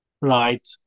right